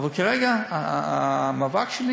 אבל כרגע המאבק שלי